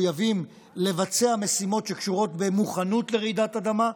לבצע משימות שקשורות במוכנות לרעידת אדמה,